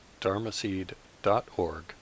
dharmaseed.org